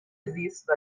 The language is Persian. زیست